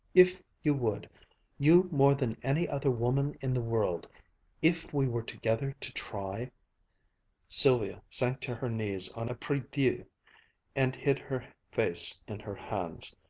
if you would you more than any other woman in the world if we were together to try sylvia sank to her knees on a prie-dieu and hid her face in her hands,